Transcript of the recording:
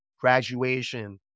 graduation